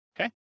Okay